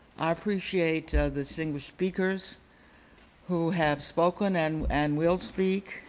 i appreciate this english speakers who have spoken and and will speak.